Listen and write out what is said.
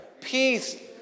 peace